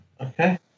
Okay